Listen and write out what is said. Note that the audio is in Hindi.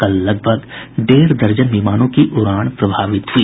कल लगभग डेढ़ दर्जन विमानों की उड़ान प्रभावित हुई